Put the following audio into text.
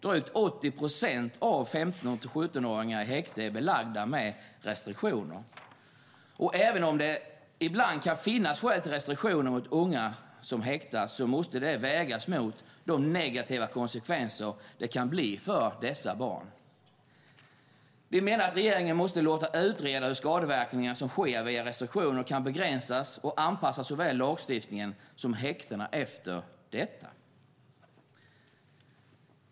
Drygt 80 procent av 15-17-åringar i häkte är belagda med restriktioner. Även om det ibland kan finnas skäl till restriktioner mot unga som häktas måste det vägas mot de negativa konsekvenser det kan bli för dessa barn. Vi menar att regeringen måste låta utreda hur skadeverkningar som sker via restriktioner kan begränsas och anpassa såväl lagstiftning som häkten efter detta.